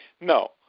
No